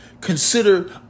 Consider